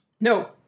no